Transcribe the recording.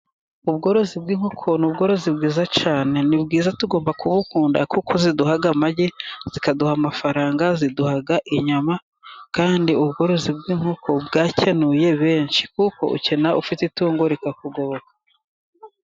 Ubworozi bw'inkoko ni ubworozi bwiza cyane, ni bwiza tugomba kubukunda kuko ziduha amagi, zikaduha amafaranga, ziduhaga inyama, kandi ubworozi bw'inkoko bwakenuye benshi, kuko ukena ufite itungo rikakugoboka.